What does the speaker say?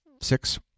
six